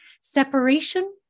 separation